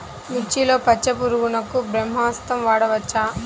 మిర్చిలో పచ్చ పురుగునకు బ్రహ్మాస్త్రం వాడవచ్చా?